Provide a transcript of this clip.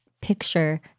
picture